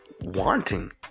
wanting